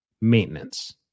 maintenance